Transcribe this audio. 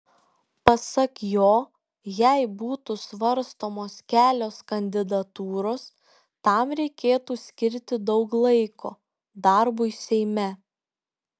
pasak jo jei būtų svarstomos kelios kandidatūros tam reikėtų skirti daug laiko darbui seime